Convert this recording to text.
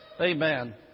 Amen